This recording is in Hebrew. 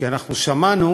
כי אנחנו שמענו